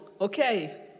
Okay